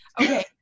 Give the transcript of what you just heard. Okay